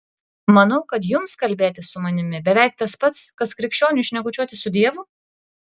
manau kad jums kalbėtis su manimi beveik tas pats kas krikščioniui šnekučiuotis su dievu